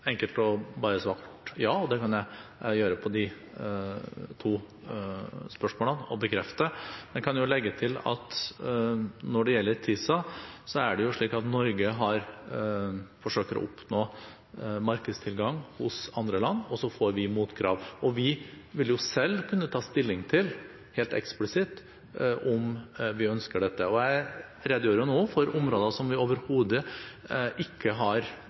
kan jeg gjøre på de to spørsmålene – og bekrefte. Jeg kan legge til at når det gjelder TISA, er det slik at Norge forsøker å oppnå markedstilgang hos andre land, og så får vi motkrav. Vi vil jo selv kunne ta stilling til, helt eksplisitt, om vi ønsker dette. Jeg redegjorde nå for områder som vi overhodet ikke har